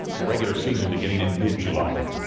the regular season beginning in mid july.